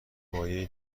مایعی